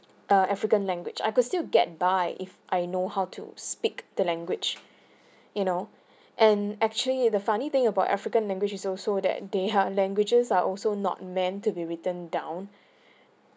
err african language I could still get by if I know how to speak the language you know and actually the funny thing about african language is also that they are languages are also not meant to be written down